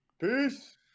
peace